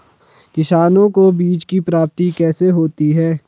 किसानों को बीज की प्राप्ति कैसे होती है?